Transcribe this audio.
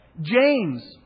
James